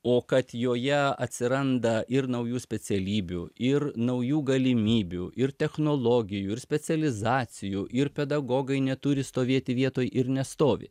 o kad joje atsiranda ir naujų specialybių ir naujų galimybių ir technologijų ir specializacijų ir pedagogai neturi stovėti vietoj ir nestovi